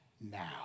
now